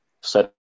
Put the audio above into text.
set